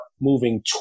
moving